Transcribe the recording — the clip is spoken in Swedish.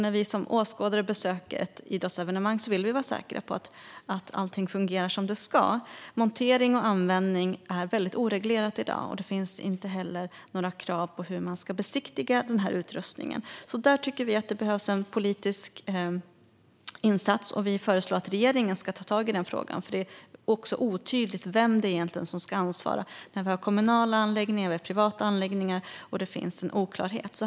När vi som åskådare besöker ett idrottsevenemang vill vi vara säkra på att allt fungerar som det ska. Montering och användning är väldigt oreglerat i dag. Det finns inte heller några krav på hur man ska besiktiga denna utrustning. Där tycker vi att det behövs en politisk insats, och vi föreslår att regeringen ska ta tag i denna fråga. Det är också otydligt vem det egentligen är som ska ansvara för detta. Vi har kommunala anläggningar, vi har privata anläggningar och det finns en oklarhet.